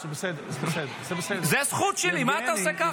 זו זכות שלי, מה אתה עושה ככה?